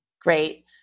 Great